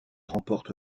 remporte